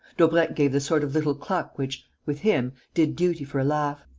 daubrecq gave the sort of little cluck which, with him, did duty for a laugh.